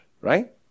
Right